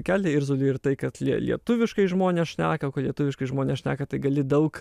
kelia irzulį ir tai kad lietuviškai žmonės šneka lietuviškai žmonės šneka tai gali daug